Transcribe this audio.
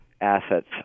assets